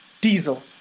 Diesel